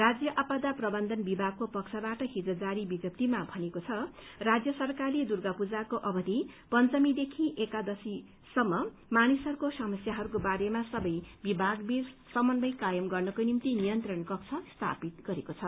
राज्य आपदा प्रबन्धन विभागको पक्षबाट हिज जारी विज्ञप्तीमा भनिएको छ राज्य सरकारले दुर्गा पूजाको अवधि पंचमीदेखि एकादशीसम्म मानिसहरूको समस्याहरूको बारेमा सबै विभाग बीच समन्वय कायम गर्नको निम्ति नियन्त्रण कक्ष स्थापित गरेको छ